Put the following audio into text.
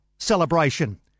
Celebration